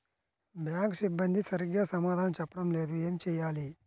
Bank సిబ్బంది సరిగ్గా సమాధానం చెప్పటం లేదు ఏం చెయ్యాలి?